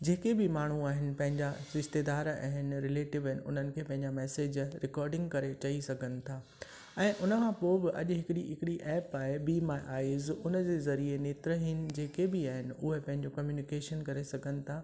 जेके बि माण्हू आहिनि पंहिंजा रिश्तेदार आहिनि रिलेटिव आहिनि उन्हनि खे पंहिंजा मैसेज रिकॉर्डिंग करे चई सघनि था ऐं उन खां पोइ बि अॼु हिकिड़ी हिकिड़ी एप आहे बी माय आइज़ उन जे ज़रिए नेत्रहीन जेके बि आहिनि उहे पंहिंजो कम्यूनिकेशन करे सघनि था